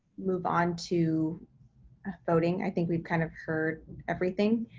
move on to voting. i think we've kind of heard everything.